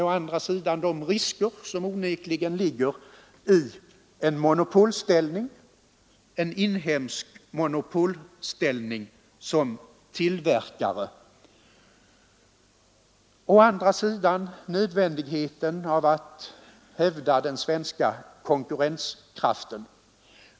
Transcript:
Å ena sidan ligger det onekligen risker i en inhemsk monopolställning som tillverkare. Å andra sidan är det nödvändigheten av att hävda den svenska konkurrenskraften.